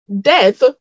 death